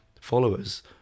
followers